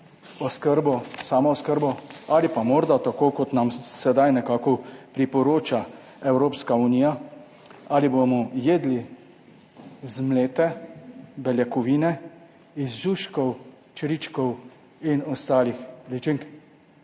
oskrbo, samooskrbo ali pa morda tako kot nam sedaj nekako priporoča Evropska unija, ali bomo jedli zmlete beljakovine iz žužkov, čričkov in ostalih ličink.